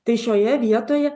tai šioje vietoje